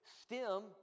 stem